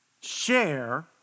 share